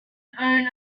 own